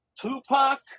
Tupac